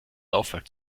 laufwerk